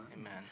Amen